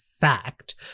fact